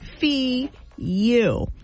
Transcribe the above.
Fee-you